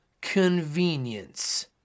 convenience